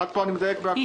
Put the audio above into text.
עד פה אני מדייק בכול?